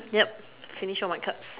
yup finish all my cards